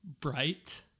Bright